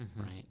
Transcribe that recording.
right